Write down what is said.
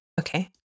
Okay